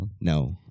No